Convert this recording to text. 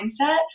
mindset